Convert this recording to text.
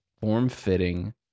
form-fitting